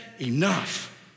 enough